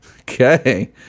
Okay